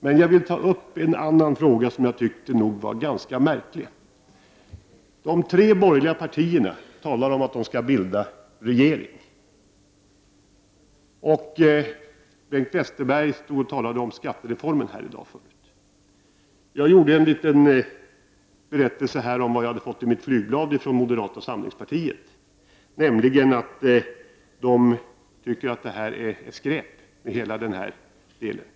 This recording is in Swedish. Men jag vill ta upp en annan fråga som jag tycker är ganska märklig. De tre borgerliga partierna talar om att bilda regering. Bengt Westerberg talade förut om skattereformen. Jag berättade om vad som stod i flygbladet från moderata samlingspartiet, där de tycker att skattereformen är skräp.